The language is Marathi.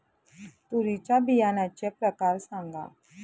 तूरीच्या बियाण्याचे प्रकार सांगा